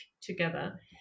together